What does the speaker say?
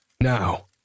Now